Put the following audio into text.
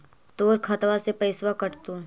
तोर खतबा से पैसा कटतो?